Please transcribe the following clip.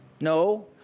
No